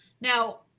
Now